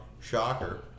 Shocker